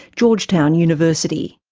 georgetown university.